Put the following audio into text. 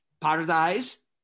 Paradise